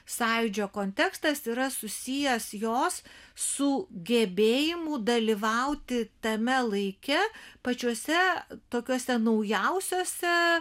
sąjūdžio kontekstas yra susijęs jos su gebėjimu dalyvauti tame laike pačiuose tokiuose naujausiuose